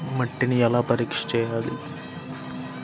మట్టిని ఎలా పరీక్ష చేయాలి?